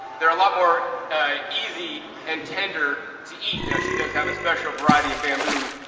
they're a lot more easy and tender to eat. now she does have a special variety of bamboo,